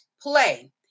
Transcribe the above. play